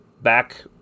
back